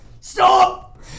Stop